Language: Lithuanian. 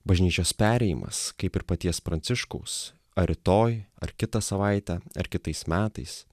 bažnyčios perėjimas kaip ir paties pranciškaus ar rytoj ar kitą savaitę ar kitais metais